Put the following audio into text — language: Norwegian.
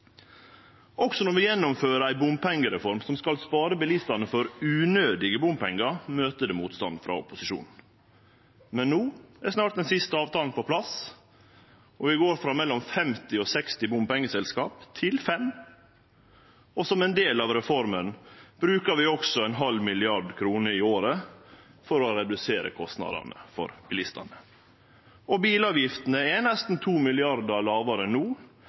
Også når vi gjennomfører ei bompengereform som skal spare bilistane for unødige bompengar, møter vi motstand frå opposisjonen. Men no er snart den siste avtalen på plass, og vi går frå mellom 50 og 60 bomselskap til 5. Som ein del av reforma brukar vi også ein halv milliard kroner i året for å redusere kostnadene for bilistane. Bilavgiftene er nesten 2 mrd. kr lågare no